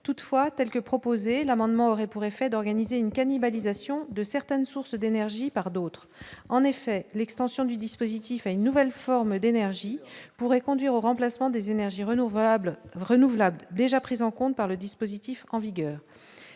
toutefois, telle que proposée l'amendement aurait pour effet d'organiser une cannibalisation de certaines sources d'énergie par d'autres, en effet, l'extension du dispositif à une nouvelle forme d'énergie pourrait conduire au remplacement des énergies renouvelables renouvelables déjà prise en compte par le dispositif en vigueur,